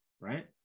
right